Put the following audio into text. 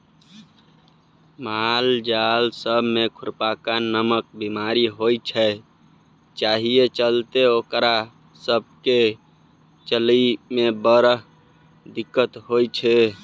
मालजाल सब मे खुरपका नामक बेमारी होइ छै जाहि चलते ओकरा सब केँ चलइ मे बड़ दिक्कत होइ छै